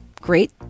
Great